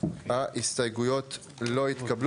‬‬‬‬‬‬‬‬‬‬ הצבעה בעד 2 נגד 4 ההסתייגויות לא התקבלו.